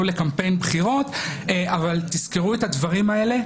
לקמפיין בחירות אבל תזכרו את הדברים האלה.